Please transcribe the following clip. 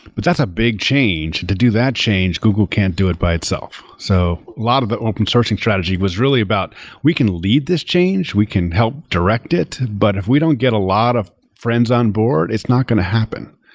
but that's a big change. to do that change, google can't do it by itself. so a lot of the open sourcing strategy was really about we can lead this change, we can help direct it, but if we don't get a lot of friends on board, it's not going to happen.